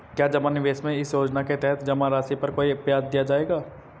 क्या जमा निवेश में इस योजना के तहत जमा राशि पर कोई ब्याज दिया जाएगा?